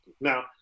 Now